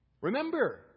Remember